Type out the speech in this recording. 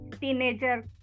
teenager